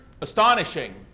astonishing